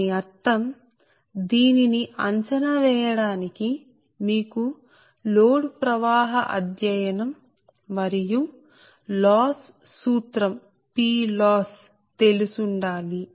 దాని అర్థం దీనిని అంచనా వేయడానికి మీకు లోడ్ ప్రవాహ అధ్యయనం మరియు లాస్ సూత్రం PLoss తెలిసుండాలి